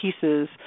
pieces